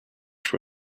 for